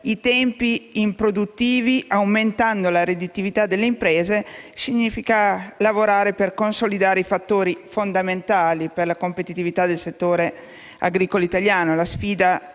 i tempi improduttivi aumentando la redditività delle imprese significhi lavorare per consolidare i fattori fondamentali per la competitività del settore agricolo italiano.